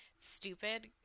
stupid